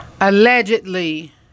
allegedly